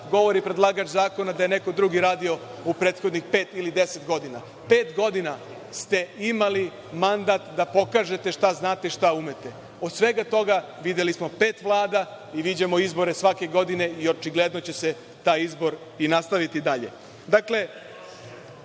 govori predlagač zakona, da je neko drugi radio u prethodnih pet ili 10 godina. Pet godina ste imali mandat da pokažete šta znate i umete. Od svega toga videli smo pet vlada i viđamo izbore svake godine i očigledno da će se taj izbor i nastaviti dalje. Dakle,